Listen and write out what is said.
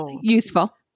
useful